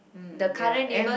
the current neighbours